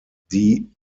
die